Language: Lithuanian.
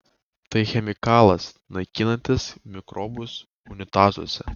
tai chemikalas naikinantis mikrobus unitazuose